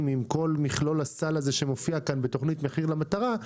עם כל מכלול הסל שמופיע כאן בתוכנית מחיר מטרה.